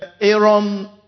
Aaron